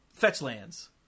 Fetchlands